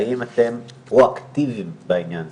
האם אתם פרואקטיביים בעניין הזה?